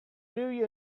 blue